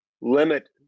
limit